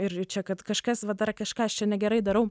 ir čia kad kažkas va dar kažką aš čia negerai darau